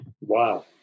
Wow